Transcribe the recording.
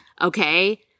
Okay